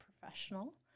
professional